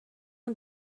مون